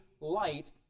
light